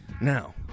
now